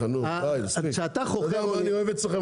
אתה יודע מה אני אוהב אצלכם?